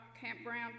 Campground